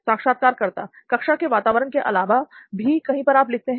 साक्षात्कारकर्ता कक्षा के वातावरण के अलावा भी कहीं पर आप लिखते हैं